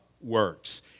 works